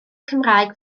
cymraeg